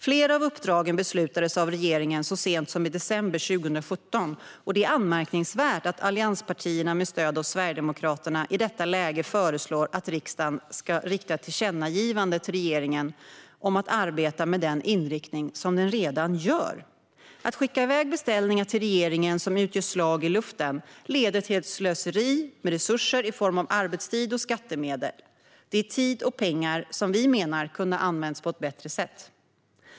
Flera av uppdragen beslutades av regeringen så sent som i december 2017, och det är anmärkningsvärt att allianspartierna med stöd av Sverigedemokraterna i detta läge föreslår att riksdagen ska rikta ett tillkännagivande till regeringen om att arbeta med den inriktning som den redan gör. Att skicka iväg beställningar till regeringen som utgör slag i luften leder till ett slöseri med resurser i form av arbetstid och skattemedel. Det är tid och pengar som vi menar kunde ha använts på ett bättre sätt.